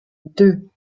deux